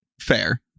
fair